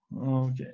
Okay